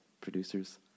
producers